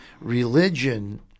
religion